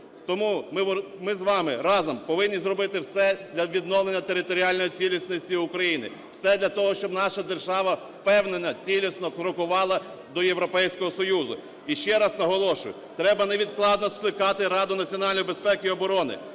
Тому ми з вами разом повинні зробити все для відновлення територіальної цілісності України, все для того, щоб наша держава впевнено цілісно крокувала до Європейського Союзу. І ще раз наголошую, треба невідкладно скликати Раду національної безпеки і оборони,